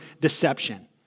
deception